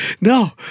no